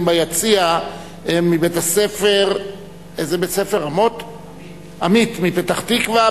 ביציע הם מבית-הספר אמי"ת מפתח-תקווה,